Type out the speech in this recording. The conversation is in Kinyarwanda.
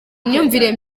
imyumvire